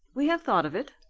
we have thought of it,